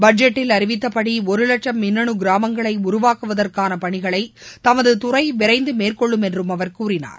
பட்ஜெட்டில் அறிவித்தப்படி ஒரு லட்சம் மின்னனு கிராமங்களை உருவாக்குவதற்கான பணிகளை தமது துறை விரைந்து மேற்கொள்ளும் என்றும் அவர் கூறினார்